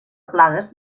plagues